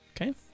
Okay